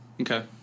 Okay